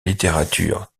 littérature